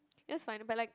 yes fine but it like